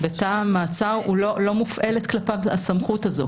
בתא המעצר, לא מופעלת כלפיו הסמכות הזאת.